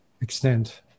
extent